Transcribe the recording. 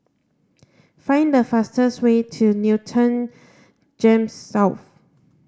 find the fastest way to Newton GEMS South